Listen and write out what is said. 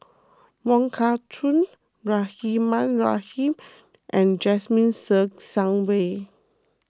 Wong Kah Chun Rahimah Rahim and Jasmine Ser Xiang Wei